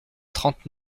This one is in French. trente